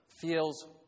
feels